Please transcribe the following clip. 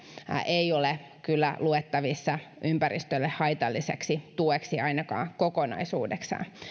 ei ole kyllä luettavissa ympäristölle haitallisen tuen leikkaukseksi ainakaan kokonaisuudessaan